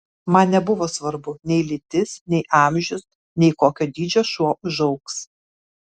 man nebuvo svarbu nei lytis nei amžius nei kokio dydžio šuo užaugs